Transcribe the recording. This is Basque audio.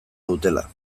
dutela